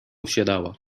wsiadała